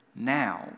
now